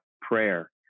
prayer